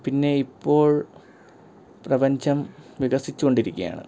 പിന്നെ ഇപ്പോൾ പ്രപഞ്ചം വികസിച്ച് കൊണ്ടിരിക്കയാണ്